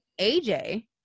AJ